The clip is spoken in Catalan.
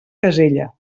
casella